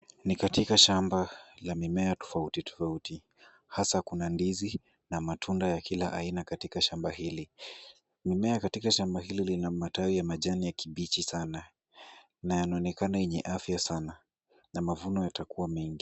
Ni katika shamba la mimea tofauti tofauti. Hasa kuna ndizi na matunda ya kila aina katika shamba hili. Mimea katika shamba hili lina matawi ya majani ya kibichi sana. Na yanaonekana yenye afya sana na mavuno yatakuwa mengi.